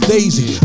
Daisy